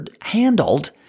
handled